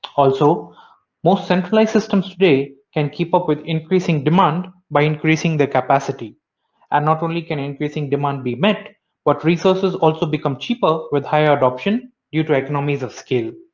also most centralized systems today can keep up with increasing demand by increasing their capacity and not only can increasing demand be met but resources also become cheaper with higher adoption due to economies of scale.